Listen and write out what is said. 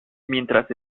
mientras